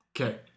Okay